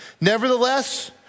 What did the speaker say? Nevertheless